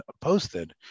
posted